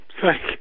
thank